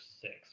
six